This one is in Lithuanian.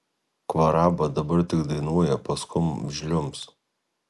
kvaraba dabar tik dainuoja paskum žliumbs